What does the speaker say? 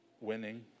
winning